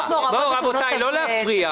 את מדברת על ההוצאות.